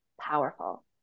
powerful